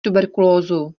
tuberkulózu